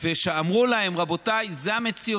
ואמרו להם: רבותיי, זו המציאות.